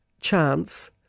chance